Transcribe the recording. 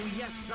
yes